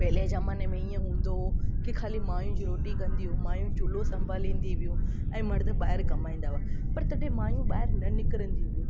पहिले ज़माने में हीअं हूंदो की ख़ाली मायूं रोटी कंदियूं मायूं चुल्हो संभालींदी हुयूं ऐं मर्द ॿाहिरि कमाईंदा हुआ पर तॾहिं मायूं ॿाहिरि न निकिरंदी हुयूं